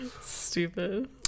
Stupid